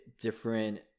different